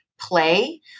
play